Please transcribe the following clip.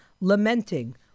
lamenting